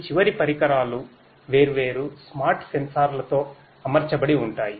ఈ చివరి పరికరాలు వేర్వేరు స్మార్ట్ సెన్సార్లతో అమర్చబడి ఉంటాయి